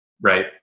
right